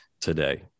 today